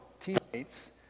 teammates